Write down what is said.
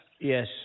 Yes